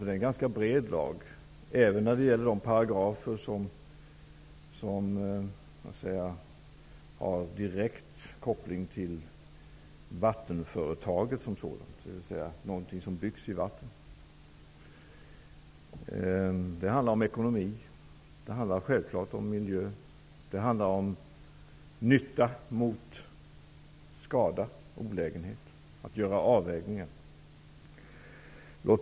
Det är en ganska bred lag, och det gäller även de paragrafer som har direkt koppling till vattenföretaget som sådant, dvs. frågor som rör någonting som byggs i vatten. Det handlar om ekonomi, det handlar självfallet om miljö, och det handlar om att ställa nytta mot skada och olägenhet, att göra avvägningar.